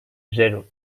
zero